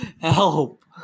Help